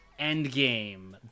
Endgame